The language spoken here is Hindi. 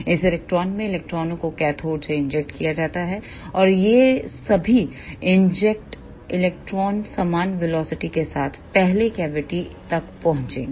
इस क्लेस्ट्रॉन में इलेक्ट्रॉनों को कैथोड से इंजेक्ट किया जाता है और ये सभी इंजेक्टेड इलेक्ट्रॉन समान वेलोसिटी के साथ पहले कैविटी तक पहुंचेंगे